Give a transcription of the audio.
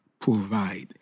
provide